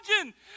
imagine